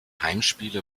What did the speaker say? heimspiele